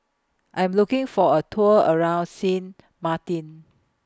I Am looking For A Tour around Sint Maarten